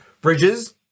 bridges